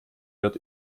wird